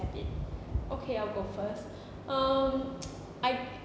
habit okay I'll go first um I